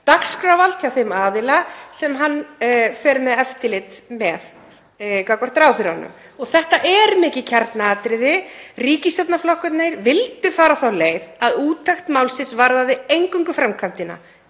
dagskrárvald hjá þeim aðila sem fer með eftirlit með gagnvart ráðherranum. Þetta er mikið kjarnaatriði. Ríkisstjórnarflokkarnir vildu fara þá leið að úttekt málsins varðaði eingöngu framkvæmdina,